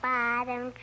Bottom